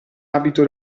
abito